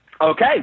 Okay